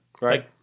Right